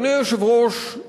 ואדוני היושב-ראש,